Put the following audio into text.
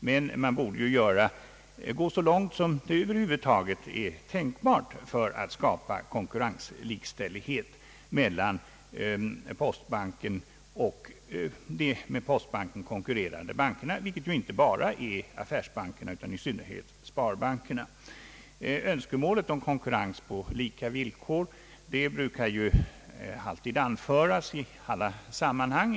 Men man borde gå så långt som över huvud taget är tänkbart för att skapa konkurrenslikställighet mellan postbanken och de med denna konkurrerande bankerna, vilket ju inte bara är affärsbankerna utan i synnerhet sparbankerna. Önskemålet om konkurrens på lika villkor brukar anföras i olika sammanhang.